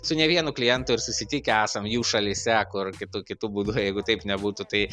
su ne vienu klientu ir susitikę esam jų šalyse kur kitu kitu būdu jeigu taip nebūtų tai